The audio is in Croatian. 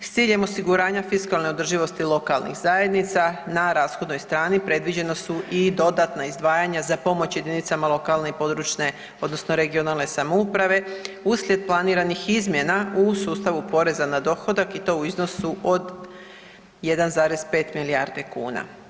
S ciljem osiguranja fiskalne održivosti lokalnih zajednica na rashodnoj strani predviđena su i dodatna izdvajanja za pomoć jedinicama lokalne i područne odnosno regionalne samouprave uslijed planiranih izmjena u sustavu poreza na dohodak i to u iznosu od 1,5 milijardi kuna.